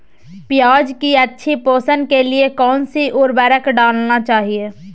प्याज की अच्छी पोषण के लिए कौन सी उर्वरक डालना चाइए?